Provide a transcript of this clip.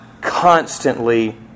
constantly